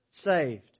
saved